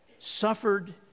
suffered